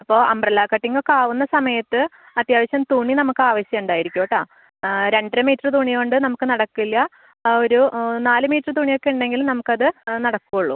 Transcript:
അപ്പോൾ അംബ്രല്ല കട്ടിംഗൊക്കാവുന്ന സമയത്ത് അത്യാവശ്യം തുണി നമുക്കാവശ്യം ഉണ്ടായിരിക്കൂട്ടാ രണ്ടര മീറ്ററ് തുണി കൊണ്ട് നമുക്ക് നടക്കില്ല ആ ഒരു നാല് മീറ്റർ തുണി ഒക്കെയുണ്ടെങ്കിൽ നമുക്കത് നടക്കൂള്ളൂ